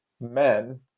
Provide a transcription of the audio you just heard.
men